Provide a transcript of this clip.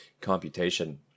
computation